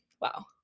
wow